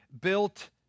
built